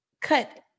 cut